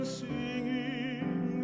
singing